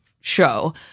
show